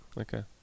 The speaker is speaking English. Okay